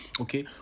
okay